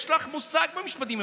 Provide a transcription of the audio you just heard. יש לך מושג במשפטים.